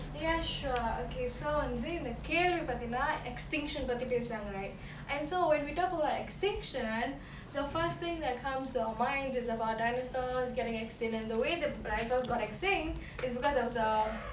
ya sure okay so வந்து இந்த கேள்வி பாத்திங்கனா:vanthu intha kelvi paathingana extinction பத்தி பேசுராங்க:pathi pesuranga right and so when we talk about extinction the first thing that comes to our minds is about dinosaurs getting extinct and the way the dinosaurs got extinct it's because there was a